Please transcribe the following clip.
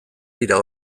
dira